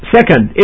Second